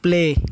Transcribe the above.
play